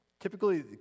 typically